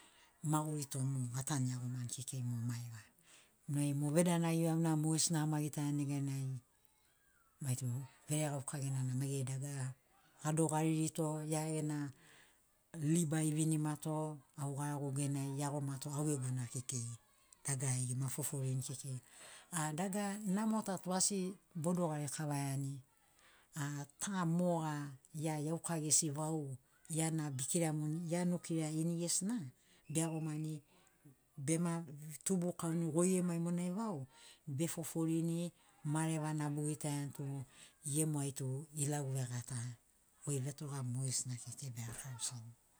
Maguri tu mu atanu iagomani kekei mu maiga nai mo vedanagi auna mogesina ama gitaiani neganai maitu veregauka gena na maigeri dagara adogaririto gia gena libai evinimato au garagogu genai eagomato au gegu na kekei dagara ema foforini kekei a dagar namo ta tu asi bodogari kavaiani a ta moga gia iauka gesi vau iana bekiramuni ia nokira inigesina beagomani bema tubu kauni goi gemu ai monai vau befoforini marevana bogitaiani tu gemu ai tu ilau vegata goi vetogamu mogesina kekei berakarosini